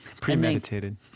Premeditated